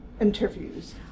interviews